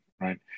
Right